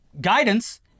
guidance